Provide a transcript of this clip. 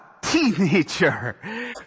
teenager